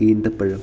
ഈന്തപ്പഴം